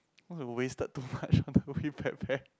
cause we wasted too much on the We Bare Bears